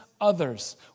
others